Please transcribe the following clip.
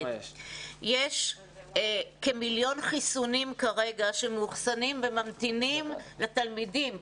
יש כמיליון חיסונים כרגע שמאוחסנים וממתינים לתלמידים.